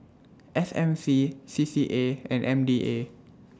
S M C C C A and M D A